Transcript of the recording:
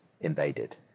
invaded